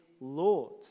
Lord